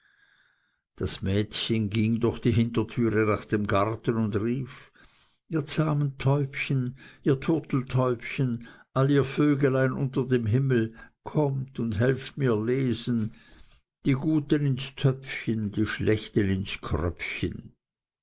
das mädchen ging durch die hintertür nach dem garten und rief ihr zahmen täubchen ihr turteltäubchen all ihr vöglein unter dem himmel kommt und helft mir lesen die guten ins töpfchen die schlechten ins kröpfchen